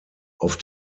auf